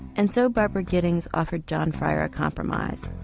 and so barbara geddings offered john fryer a compromise.